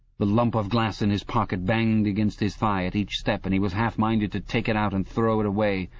the lump of glass in his pocket banged against his thigh at each step, and he was half minded to take it out and throw it away.